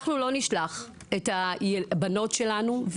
אנחנו לא נשלח את הבנים והבנות שלנו,